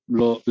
lo